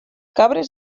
cabres